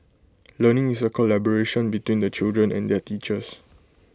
learning is A collaboration between the children and their teachers